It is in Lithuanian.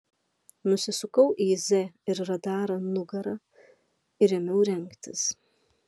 nusisukau į z ir radarą nugara ir ėmiau rengtis